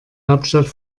hauptstadt